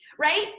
right